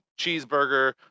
cheeseburger